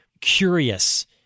curious